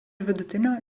vidutinio